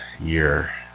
year